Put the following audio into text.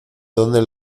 donde